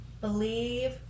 believe